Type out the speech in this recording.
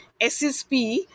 SSP